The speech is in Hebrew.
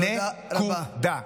נקודה.